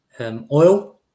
oil